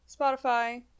Spotify